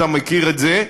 אתה מכיר את זה,